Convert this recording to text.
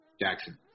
Jackson